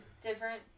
different